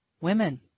women